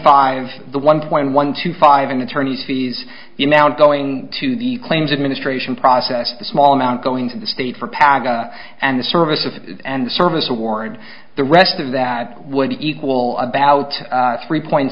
five the one point one two five and attorney's fees you now and going to the claims administration process the small amount going to the state for pagg and the services and the service award the rest of that would equal about three point